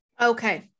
Okay